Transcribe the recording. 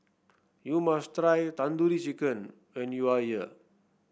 you must try Tandoori Chicken when you are here